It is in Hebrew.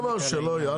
שום דבר, שלא יהיה.